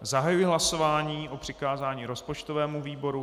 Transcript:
Zahajuji hlasování o přikázání rozpočtovému výboru.